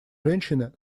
женщины